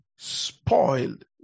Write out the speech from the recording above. Spoiled